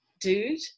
dude